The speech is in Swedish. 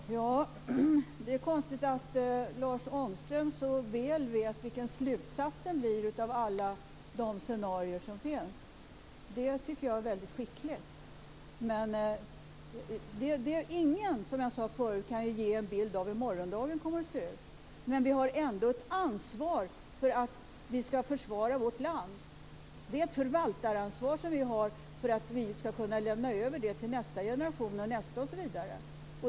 Fru talman! Det är konstigt att Lars Ångström så väl vet vad slutsatsen blir av alla de scenarier som finns. Jag tycker att det är väldigt skickligt. Ingen kan ju ge en bild av hur morgondagen kommer att se ut. Men vi har ändå ett ansvar för att försvara vårt land. Det är ett förvaltaransvar som vi har för att vi ska kunna lämna över det till nästa generation och nästa osv.